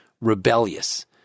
rebellious